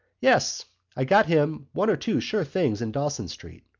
yes. i got him one or two sure things in dawson street,